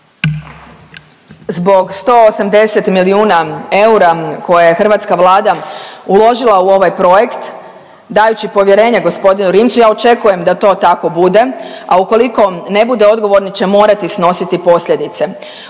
Zbog 180 milijuna eura koje je hrvatska Vlada uložila u ovaj projekt dajući povjerenje g. Rimci, ja očekujem da to tako bude, a ukoliko ne bude, odgovorni će morati snositi posljedice.